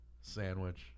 sandwich